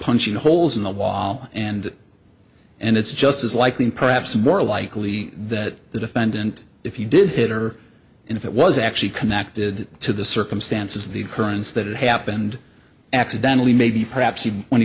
punching holes in the wall and and it's just as likely perhaps more likely that the defendant if you did it or if it was actually connected to the circumstances of the occurrence that happened accidentally maybe perhaps even when he